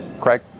Craig